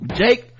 jake